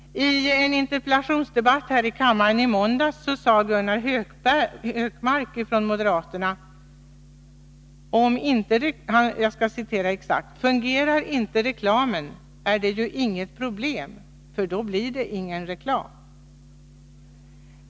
I en interpellationsdebatt här i kammaren i måndags sade Gunnar Hökmark från moderaterna att ”fungerar inte reklamen, är det ju inget problem, för då blir det ingen reklam”.